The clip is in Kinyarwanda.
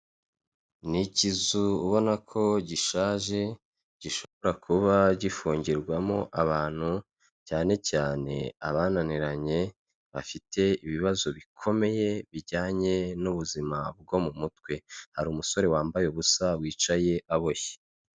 Ni ikizu ubona ko gishaje gishobora kuba gifungirwamo abantu cyane cyane abananiranye bafite ibibazo bikomeye bijyanye n'ubuzima bwo mu mutwe, hari umusore wambaye ubusa wicaye aboshye.